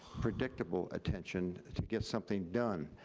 predictable attention, to get something done.